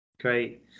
Great